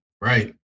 right